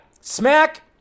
smack